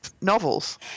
novels